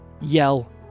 yell